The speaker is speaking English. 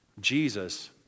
Jesus